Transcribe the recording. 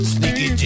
Sneaky